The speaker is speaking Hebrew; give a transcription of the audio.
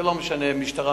ולא משנה משטרה,